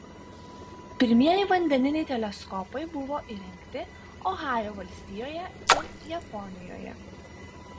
pirmieji vandeniniai teleskopai buvo įrengti ohajo valstijoje ir japonijoje